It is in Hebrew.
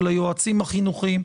של היועצים החינוכיים.